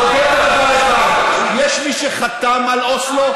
תודה בדבר אחד: יש מי שחתם על אוסלו,